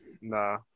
Nah